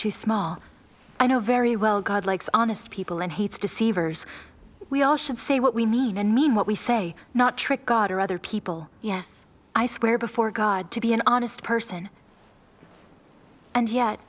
too small i know very well god likes honest people and hates deceivers we all should say what we mean and mean what we say not trick god or other people yes i swear before god to be an honest person and yet